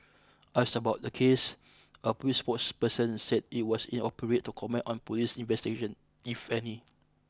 asked about the case a police spokesperson said it was inappropriate to comment on police investigations if any